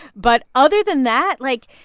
but other than that, like,